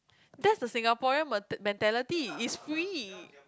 that's a Singaporean met~ mentality it's weak